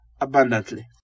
abundantly